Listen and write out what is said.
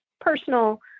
personal